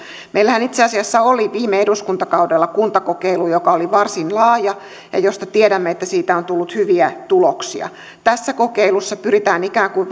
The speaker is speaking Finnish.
meillähän itse asiassa oli viime eduskuntakaudella kuntakokeilu joka oli varsin laaja ja josta tiedämme että siitä on tullut hyviä tuloksia tässä kokeilussa pyritään ikään kuin